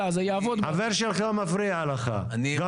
להוציא מכוחה היתרי בנייה וזהות המגיש משתנה,